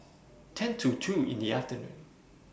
ten to two in The afternoon